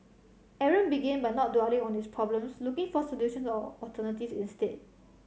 Aaron began by not dwelling on his problems looking for solutions or alternative instead